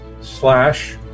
slash